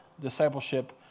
discipleship